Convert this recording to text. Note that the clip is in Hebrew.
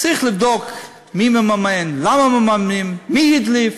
צריך לבדוק מי מממן, למה מממנים ומי הדליף.